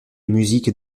musique